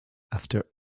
after